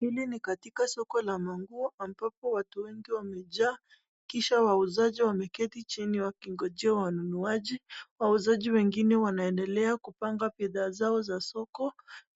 Hili ni katika soko la nguo ambapo watu wengi wamejaa, kisha wauzaji wameketi chini wakingojea wanunuaji. Wauzaji wengine wanaendelea kupanga bidhaa zao za soko,